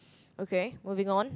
okay moving on